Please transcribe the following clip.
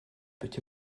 petit